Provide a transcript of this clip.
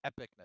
epicness